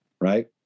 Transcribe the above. right